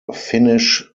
finnish